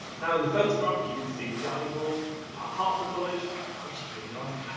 now, in the photograph, you can see the dining hall at hertford college which is really nice!